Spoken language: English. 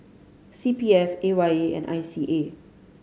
C P F A Y E and I C A